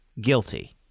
Guilty